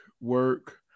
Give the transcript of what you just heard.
work